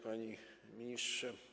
Panie Ministrze!